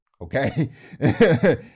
Okay